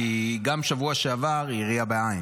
יריעה בע',